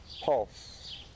Pulse